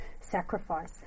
sacrifice